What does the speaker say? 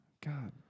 God